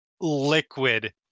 liquid